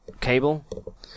cable